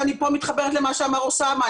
ואני פה מתחברת למה שאמר אוסאמה,